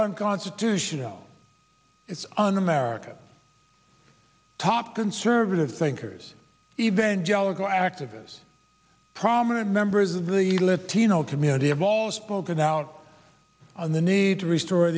unconstitutional it's un american top conservative thinkers evangelical activists prominent members of the latino community have all spoken out on the need to restore